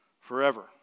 forever